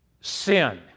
Sin